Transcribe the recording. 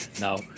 Now